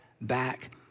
back